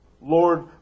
Lord